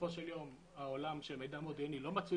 בסופו של יום העולם של מידע מודיעיני לא מצוי